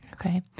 Okay